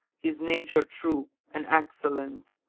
his nature true, and excellent,